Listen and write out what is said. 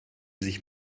sich